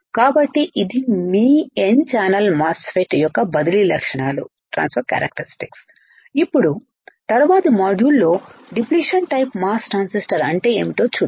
కాబట్టి ఇది మీn ఛానల్మాస్ ఫెట్ MOSFET యొక్క బదిలీ లక్షణాలు ఇప్పుడుతరువాతి మాడ్యూల్లో డిప్లిషన్ టైపు మాస్ ట్రాన్సిస్టర్ అంటే ఏమిటో చూద్దాం